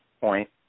point